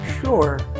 Sure